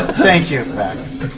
thank you, vax.